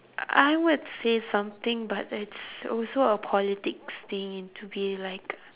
I I would say something but it's also a politics thing and to be like